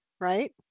right